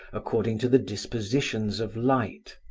according to the dispositions of light.